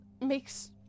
makes